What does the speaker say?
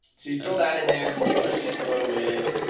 so you throw that in there, let's just throw in